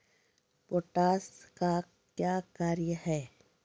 Potash का क्या कार्य हैं?